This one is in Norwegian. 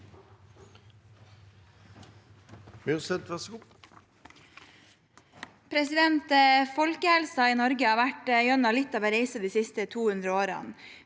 Folkehelsen i Norge har vært gjennom litt av en reise de siste 200 årene.